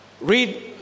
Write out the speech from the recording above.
read